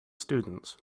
students